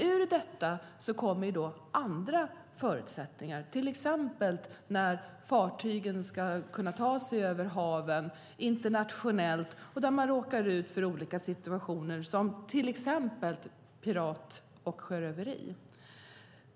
Ur detta kommer andra förutsättningar, till exempel när fartygen ska ta sig över haven internationellt och råkar ut för situationer som sjöröveri.